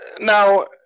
now